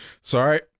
Sorry